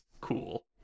cool